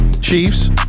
chiefs